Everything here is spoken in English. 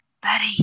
Betty